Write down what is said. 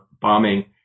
bombing